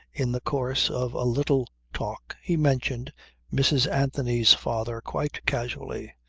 in the course of a little talk, he mentioned mrs. anthony's father quite casually,